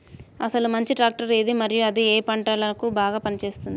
అసలు మంచి ట్రాక్టర్ ఏది మరియు అది ఏ ఏ పంటలకు బాగా పని చేస్తుంది?